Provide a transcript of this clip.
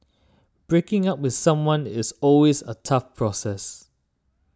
breaking up with someone is always a tough process